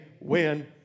win